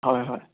হয় হয়